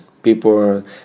People